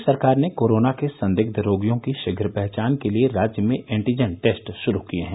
प्रदेश सरकार ने कोरोना के संदिग्ध रोगियों की शीघ्र पहचान के लिए राज्य में एंटीजन टेस्ट शुरू किए हैं